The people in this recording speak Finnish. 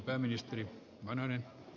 arvoisa puhemies